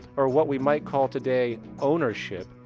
or what we might call today ownership,